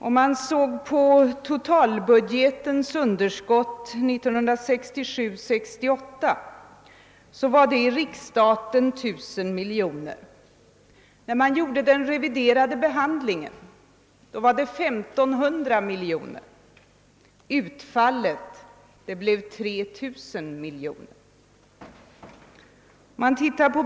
Undersköttet i totalbudgeten för år 1967/68 var enligt riksstaten 1 000 miljoner kronor. I den reviderade budgetbehandlingen sades det bli 1500 miljoner kronor. Utfallet blev 3 000 miljoner kronor.